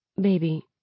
Baby